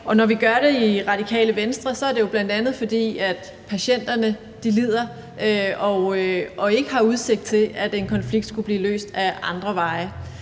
sag. Når vi gør det i Radikale Venstre, er det jo bl.a., fordi patienterne lider og ikke har udsigt til, at en konflikt skulle blive løst ad andre veje.